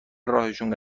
راهشون